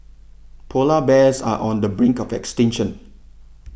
Polar Bears are on the brink of extinction